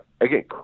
again